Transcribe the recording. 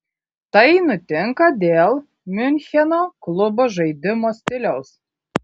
tai nutinka dėl miuncheno klubo žaidimo stiliaus